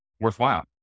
worthwhile